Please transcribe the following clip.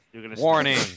Warning